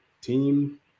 team